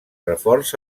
reforç